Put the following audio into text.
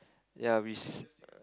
ya we s~